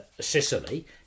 sicily